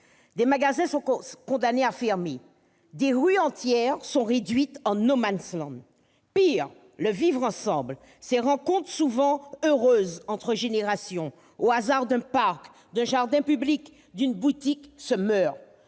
Des magasins sont condamnés à fermer ; des rues entières sont réduites à un. Pis, le vivre-ensemble, ces rencontres souvent heureuses entre générations, au hasard d'un parc, d'un jardin public, d'une boutique, se meurt.